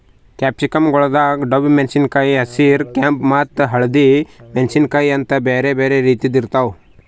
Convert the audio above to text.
capsicum ಗೊಳ್ದಾಗ್ ಡಬ್ಬು ಮೆಣಸಿನಕಾಯಿ, ಹಸಿರ, ಕೆಂಪ ಮತ್ತ ಹಳದಿ ಮೆಣಸಿನಕಾಯಿ ಅಂತ್ ಬ್ಯಾರೆ ಬ್ಯಾರೆ ರೀತಿದ್ ಇರ್ತಾವ್